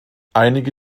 einige